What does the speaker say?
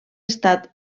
estat